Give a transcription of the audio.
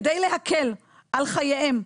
כדי להקל על חייהם,